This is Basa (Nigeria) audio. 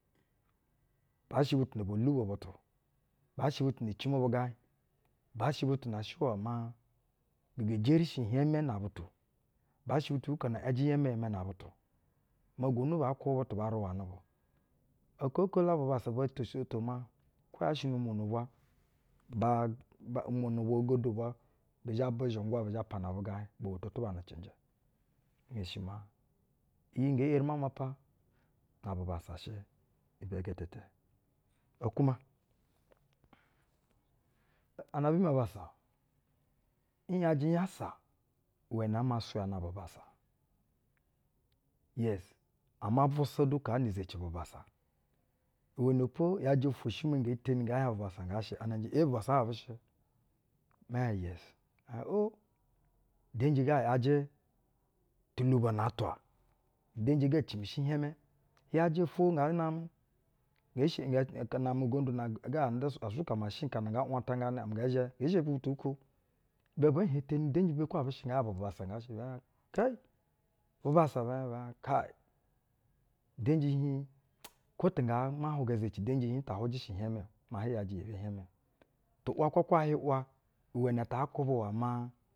Baa shɛ butu na bo lobo butu, baa shɛ butu na cimi bugaiŋ, baa shɛ butu na shɛ iwɛ maa bi ge jerishi ihienmɛ na butu, baa shɛ butu buko no yajɛ iyɛnmɛyɛnmɛ nab utu maa gunu baa kwubɛ butu ba ruwanɛ bu. Aka oko la bubassa bo to uzoto maa ko yaa shɛ nu-umono ubwa, baa, nu-umwono ogodo ubwa, ba bizhingwa ba pana bugaiŋ bo woto tuba na cɛnjɛ. Nhenshi maa iyi nge eri ma mapa na bubassa shɛ ibɛ gɛtɛtɛ. okwu ma. Anabi mi abassa n’yajɛ unyasa iwɛ nɛ aa ma nsuyana bubassa. Uiŋ ama busa du kaa ni-izeci bubassa, iwenepo i’yajɛ ofowo shɛ maa nge teni ngɛ hieŋ bubassa nga shɛ ɛ hieŋ eee bubassa hŋ abu shɛ, mɛ hieŋ iiŋ. ɛɛ hieŋ oo, udenji ga ‘uajɛ tulubo na atwa, udenji ga cimishi ihiɛŋmɛ. I’yajɛ afwo nga namɛ- nge, no ofwo-ugondu na nga namɛ, uga wan da, a suka umashin, nga ‘untanganɛ, ngɛ zhɛ, nge sheoi butu bu ko, ibɛ bee henteni udenji imbe kuŋ abɛ shɛɛ? Nge hieŋ bu bubassa nga shɛ bɛɛ hieŋ keyi, bubassa? Be hieŋ kayi, udenji hiŋ mwa, kwo tu nga ma hwuga ize ci-udenji hiŋ nta hwajɛ ihiɛŋmɛ o maa hiɛ ‘yajɛ yebi ihiɛŋmɛ o. Tu-wa kwakwa a hiɛ ‘wo iwɛnɛ ta aa kwubɛ iwɛ maa.